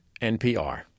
NPR